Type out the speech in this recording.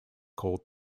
called